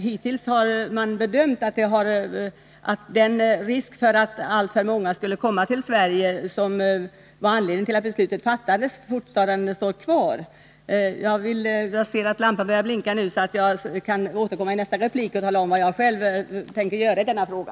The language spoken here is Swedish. Hittills har man emellertid gjort bedömningen att det finns en risk för att alltför många människor som tillhör den här gruppen skulle komma till Sverige — det var ju anledningen till att beslutet fattades —, och den risken finns fortfarande. Jag ser att min taletid snart är slut. Jag återkommer i nästa replik och talar om vad jag själv tänker göra i denna fråga.